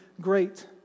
great